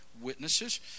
witnesses